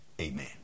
Amen